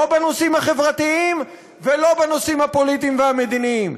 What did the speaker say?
לא בנושאים החברתיים ולא בנושאים הפוליטיים והמדיניים.